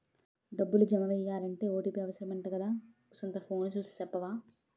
డబ్బులు జమెయ్యాలంటే ఓ.టి.పి అవుసరమంటగదా కూసంతా ఫోను సూసి సెప్పవా